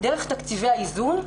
דרך תקציבי האיזון,